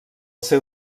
seu